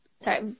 sorry